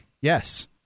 yes